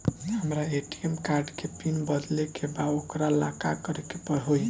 हमरा ATM card के PIN बदले के बा वोकरा ला का करे के होई?